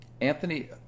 Anthony